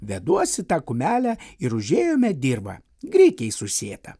veduosi tą kumelę ir užėjome dirvą grikiais užsėtą